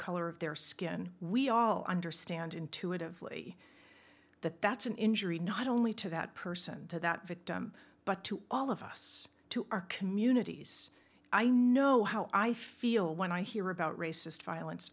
color of their skin we all understand intuitively that that's an injury not only to that person to that victim but to all of us to our communities i know how i feel when i hear about racist violence